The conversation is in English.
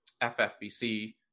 ffbc